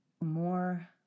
more